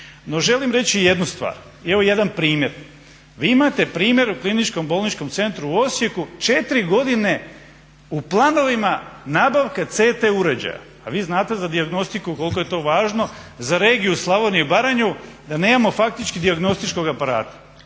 No želim reći jednu stvar i evo jedan primjer. Vi imate primjer u Kliničkom bolničkom centru u Osijeku četiri godine u planovima nabavka CT uređaja. A vi znate za dijagnostiku koliko je to važno, za regiju Slavoniju i Baranju da nemamo faktički dijagnostičkog aparata.